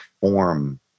form